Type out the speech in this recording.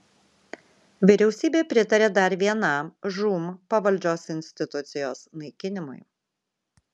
vyriausybė pritarė dar vienam žūm pavaldžios institucijos naikinimui